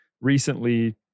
recently